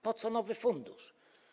Po co nowy fundusz?